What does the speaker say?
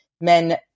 men